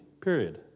period